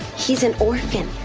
he's an orphan.